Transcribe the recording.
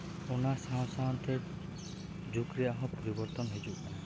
ᱚᱱᱟ ᱥᱟᱶ ᱥᱟᱶᱛᱮ ᱡᱩᱠ ᱨᱮᱭᱟᱜ ᱦᱚᱸ ᱯᱚᱨᱤᱵᱚᱨᱛᱚᱱ ᱦᱤᱡᱩᱜ ᱠᱟᱱᱟ